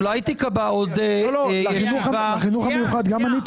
אולי תיקבע עוד ישיבה לתקציב החינוך?